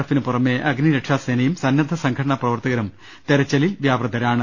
എഫിന് പുറമെ അഗ്നിരക്ഷാ സേനയും സന്നദ്ധ സംഘടനാ പ്രവർത്തകരും തെരച്ചിലിൽ വ്യാപൃതരാണ്